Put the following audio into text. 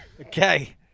Okay